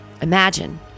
Imagine